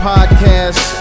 Podcast